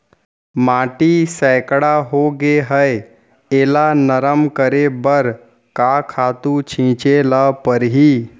माटी सैकड़ा होगे है एला नरम करे बर का खातू छिंचे ल परहि?